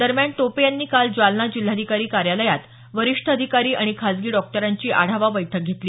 दरम्यान टोपे यांनी काल जालना जिल्हाधिकारी कार्यालयात वरिष्ठ अधिकारी आणि खाजगी डॉक्टरांची आढावा बैठक घेतली